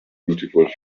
beautiful